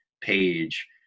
page